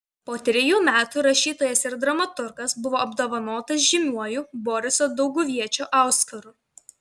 po trejų metų rašytojas ir dramaturgas buvo apdovanotas žymiuoju boriso dauguviečio auskaru